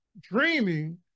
dreaming